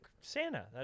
Santa